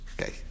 Okay